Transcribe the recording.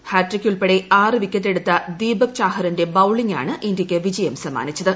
hat trick ഉൾപ്പെടെ ആറ് വിക്കറ്റെടുത്ത ദീപക് ചാഹറിന്റെ ബൌളിങ്ങാണ് ഇന്ത്യയ്ക്ക് വിജയം സമ്മാനിച്ചത്